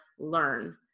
learn